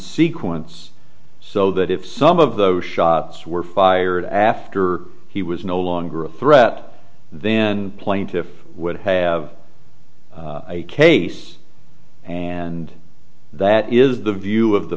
sequence so that if some of those shots were fired after he was no longer a threat then plaintiff would have a case and that is the view of the